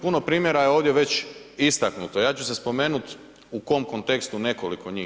Puno primjera je ovdje već istaknuto, ja ću se spomenuti u kom kontekstu nekoliko njih.